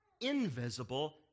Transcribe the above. invisible